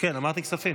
הקצאת סכום